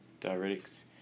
diuretics